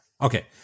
okay